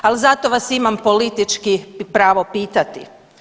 Ali zato vas imam politički pravo pitati.